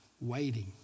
Waiting